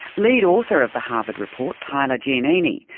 lead author of the harvard report, tyler giannini,